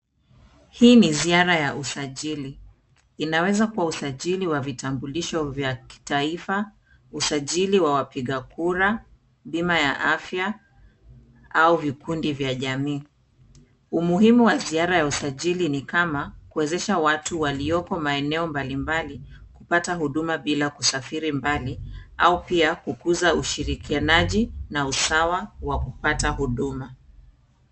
Hii ni ziara ya usajili. Inaweza kuwa usajili wa vitambulisho vya kitaifa, usajili wa wapiga kura, bima ya afya, au vikundi vya jamii. Umuhimu wa ziara ya usajili ni kama, kuwezesha watu walioko maeneo mbalimbali kupata huduma bila kusafiri mbali, au pia kukuza ushirikianaji na usawa wa kupata huduma.